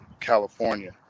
California